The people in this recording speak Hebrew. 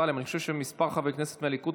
בבקשה, חבר הכנסת רוטמן.